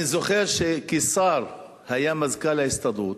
אני זוכר, קיסר היה מזכ"ל ההסתדרות,